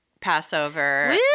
passover